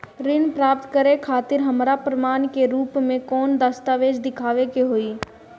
ऋण प्राप्त करे खातिर हमरा प्रमाण के रूप में कौन दस्तावेज़ दिखावे के होई?